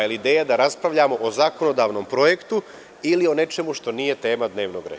Je li ideja da raspravljamo o zakonodavnom projektu ili o nečemu što nije tema dnevnog reda?